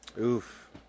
Oof